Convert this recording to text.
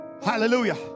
hallelujah